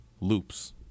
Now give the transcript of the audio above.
loops